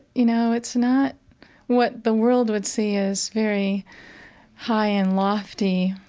you know, it's not what the world would see as very high and lofty,